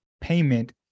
payment